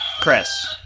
Chris